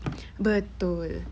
betul